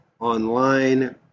online